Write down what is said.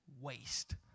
waste